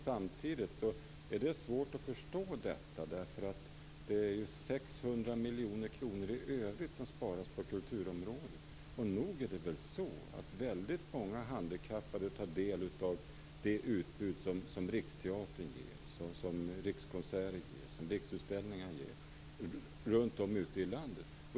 Samtidigt är det svårt att förstå detta resonemang, eftersom det sparas 600 miljoner i övrigt på kulturområdet. Nog är det väl så att väldigt många handikappade tar del av det utbud som Riksteatern, Rikskonserter och Riksutställningar erbjuder runt om i landet?